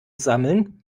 sammeln